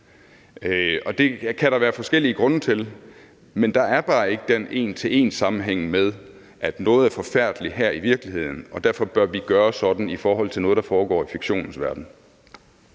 det kan der være forskellige grunde til. Men der er bare ikke den en til en-sammenhæng mellem, at noget er forfærdeligt i virkeligheden, og at vi derfor bør gøre sådan i forhold til noget, der foregår i fiktionens verden.